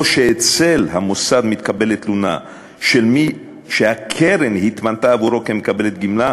או שבמוסד מתקבלת תלונה של מי שהקרן התמנתה עבורו כמקבלת גמלה,